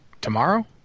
tomorrow